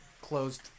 closed